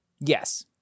Yes